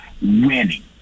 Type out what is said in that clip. winning